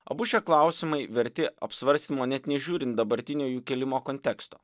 abu šie klausimai verti apsvarstymų net nežiūrint dabartinio jų kėlimo konteksto